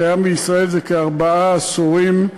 הקיים בישראל כארבעה עשורים.